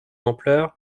ampleur